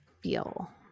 feel